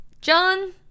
John